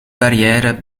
barrière